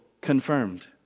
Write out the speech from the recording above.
confirmed